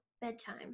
Bedtime